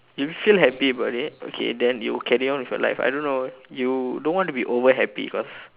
you feel happy about it okay then you carry on with your life I don't know you don't want to be over happy because